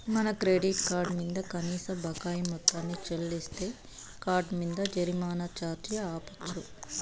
మన credit card మింద కనీస బకాయి మొత్తాన్ని చెల్లిస్తే కార్డ్ మింద జరిమానా ఛార్జీ ఆపచ్చు